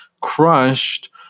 crushed